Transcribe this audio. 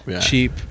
cheap